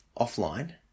offline